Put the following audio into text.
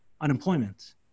unemployment